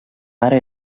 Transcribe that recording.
ara